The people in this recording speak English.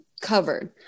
covered